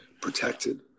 protected